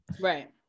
Right